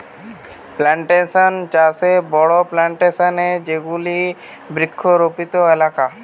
plantation চাষে বড়ো plantation এ যেগুলি বৃক্ষরোপিত এলাকা